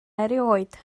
erioed